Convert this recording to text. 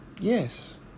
Yes